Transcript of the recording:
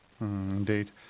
Indeed